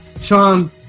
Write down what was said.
Sean